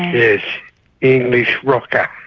english english rocker.